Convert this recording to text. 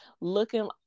looking